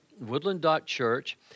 woodland.church